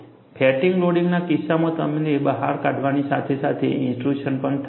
fatigue લોડિંગના કિસ્સામાં તમને બહાર કાઢવાની સાથે સાથે ઇન્ટ્રુશન પણ થાય છે